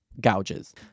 gouges